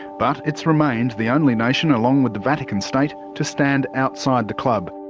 but it's remained the only nation, along with the vatican state, to stand outside the club.